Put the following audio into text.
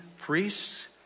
priests